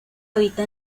habita